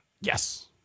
Yes